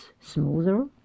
smoother